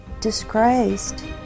disgraced